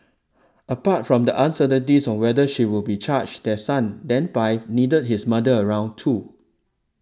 apart from the uncertainties on whether she would be charged their son then five needed his mother around too